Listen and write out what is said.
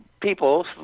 people